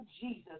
Jesus